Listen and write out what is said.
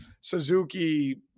Suzuki